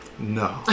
No